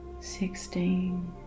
sixteen